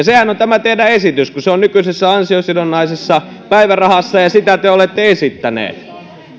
sehän on tämä teidän esityksenne kun se on nykyisessä ansiosidonnaisessa päivärahassa ja sitä te te olette esittäneet